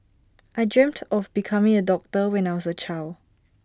I dreamt of becoming A doctor when I was A child